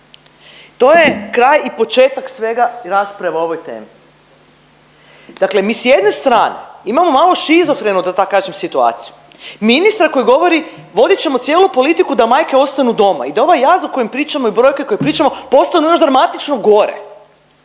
To je kraj i početak svega i rasprave o ovoj temi. Dakle, mi s jedne strane imamo malo šizofrenu da tako kažem situaciju ministra koji govori vodit ćemo cijelu politiku da majke ostanu doma i da ovaj jaz o kojem pričamo i brojke o kojima pričamo postanu još dramatično gore.